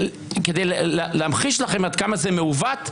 כדי להמחיש לכם עד כמה זה מעוות,